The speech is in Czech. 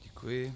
Děkuji.